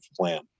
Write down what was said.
plan